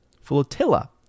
Flotilla